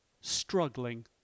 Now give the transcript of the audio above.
struggling